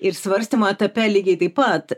ir svarstymo etape lygiai taip pat